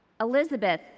Elizabeth